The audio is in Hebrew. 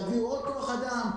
שיעבירו עוד כוח אדם.